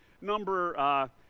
number